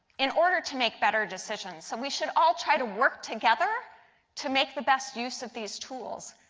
in order to make better decisions. so we should all try to work together to make the best use of these tools.